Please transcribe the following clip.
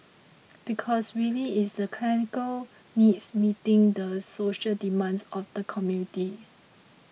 because really it's the clinical needs meeting the social demands of the community